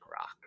rock